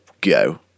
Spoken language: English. go